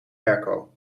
airco